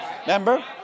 remember